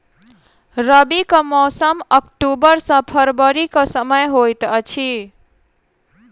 रबीक मौसम अक्टूबर सँ फरबरी क समय होइत अछि